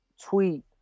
Tweet